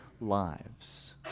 lives